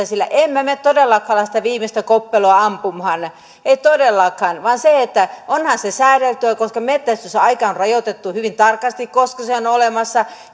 sillä emme me me todellakaan ala sitä viimeistä koppeloa ampumaan emme todellakaan vaan onhan se säänneltyä koska metsästysaika on rajoitettu hyvin tarkasti koska se on olemassa